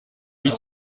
huit